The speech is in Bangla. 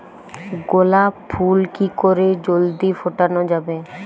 গোলাপ ফুল কি করে জলদি ফোটানো যাবে?